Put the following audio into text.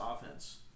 offense